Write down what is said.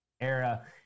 era